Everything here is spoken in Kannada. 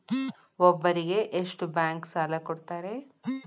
ಒಬ್ಬರಿಗೆ ಎಷ್ಟು ಬ್ಯಾಂಕ್ ಸಾಲ ಕೊಡ್ತಾರೆ?